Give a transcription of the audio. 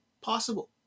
possible